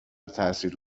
تاثیر